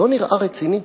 זה לא נראה רציני.